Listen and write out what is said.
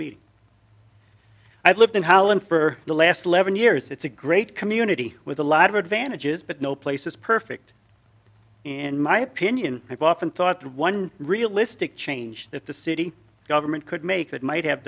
meeting i've lived in holland for the last eleven years it's a great community with a lot of advantages but no place is perfect in my opinion i've often thought that one realistic change that the city government could make that might have